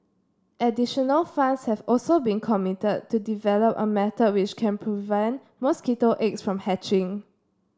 additional funds have also been committed to develop a method which can prevent mosquito eggs from hatching